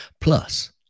plus